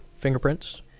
fingerprints